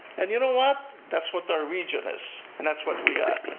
and you know what? that's what our region is and that's what we got.